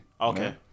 okay